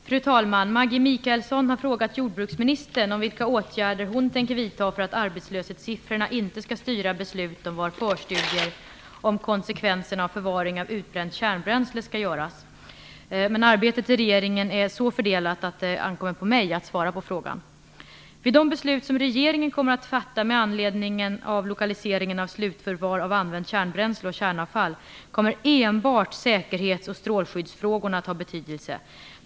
Fru talman! Maggi Mikaelsson har frågat jordbruksministern om vilka åtgärder hon tänker vidta för att arbetslöshetssiffrorna inte skall styra beslut om var förstudier om konsekvenserna av förvaring av utbränt kärnbränsle skall göras. Arbetet i regeringen är så fördelat att det ankommer på mig att svara på frågan. Vid de beslut som regeringen kommer att fatta med anledning av lokaliseringen av ett slutförvar av använt kärnbränsle och kärnavfall kommer enbart säkerhets och strålskyddsfrågorna att ha betydelse.